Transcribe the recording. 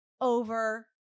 over